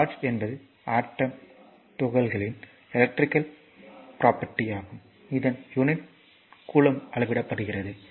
charge என்பது atom துகள்களின் electrical property ஆகும் இதன் யூனிட் கூலம்பில் அளவிடப்படுகிறது